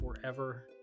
forever